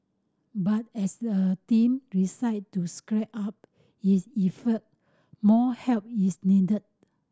but as the team decide to scrip up it effort more help is needed